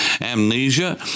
amnesia